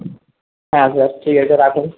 হ্যাঁ স্যার ঠিক আছে রাখুন